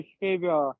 behavior